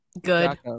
Good